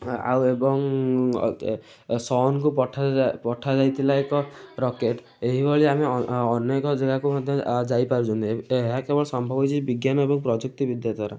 ହଁ ଆଉ ଏବଂ ସନ୍କୁ ପଠାଯାଇଥିଲା ଏକ ରକେଟ୍ ଏହିଭଳି ଆମେ ଅନେକ ଜାଗାକୁ ମଧ୍ୟ ଯାଇପାରୁଛନ୍ତି ଏହା କେବଳ ସମ୍ଭବ ହୋଇଛି ବିଜ୍ଞାନ ଏବଂ ପ୍ରଯୁକ୍ତିବିଦ୍ୟା ଦ୍ୱାରା